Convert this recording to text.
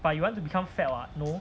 but you want to become fat [what] no